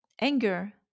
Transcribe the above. Anger